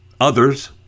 others